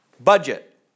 budget